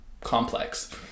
complex